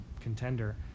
contender